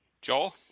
Joel